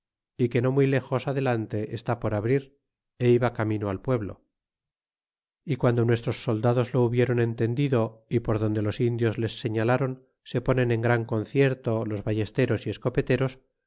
y que no muy lejos adelante está por abrir é iba camino al pueblo y guando nuestros soldados lo hubiéron entendido y por donde los indios les señaláron se ponen en gran concierto los vallesteros y escopeteros